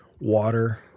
water